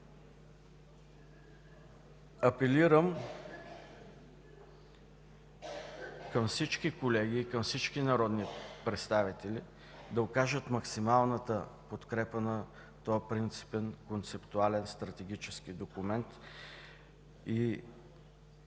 Апелирам към всички колеги, към всички народни представители да окажат максималната подкрепа на този принципен, концептуален стратегически документ и